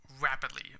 rapidly